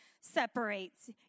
separates